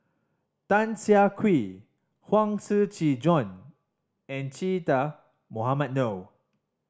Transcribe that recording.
Tan Siah Kwee Huang Shiqi Joan and Che Dah Mohamed Noor